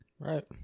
Right